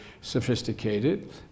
sophisticated